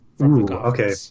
okay